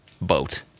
boat